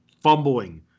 fumbling